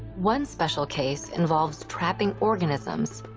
one special case involves trapping organisms,